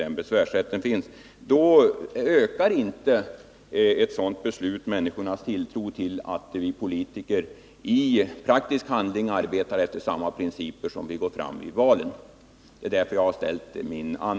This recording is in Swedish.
Ett sådant beslut ökar inte människornas tilltro till oss politiker och till att vi i praktisk handling arbetar efter samma principer som vi går fram med i valen.